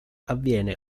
avviene